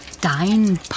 Dein